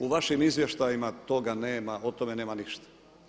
U vašim izvještajima toga nema, o tome nema ništa.